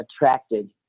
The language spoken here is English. attracted